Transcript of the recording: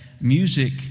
music